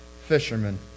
fishermen